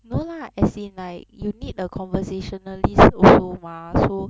no lah as in like you need a conversationalist also mah so